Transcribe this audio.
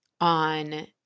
on